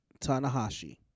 Tanahashi